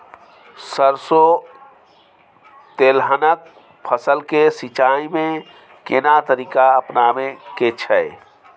सरसो तेलहनक फसल के सिंचाई में केना तरीका अपनाबे के छै?